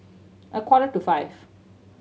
a quarter to five